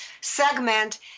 segment